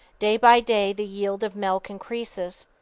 day by day the yield of milk increases.